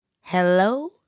Hello